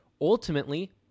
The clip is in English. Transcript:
ultimately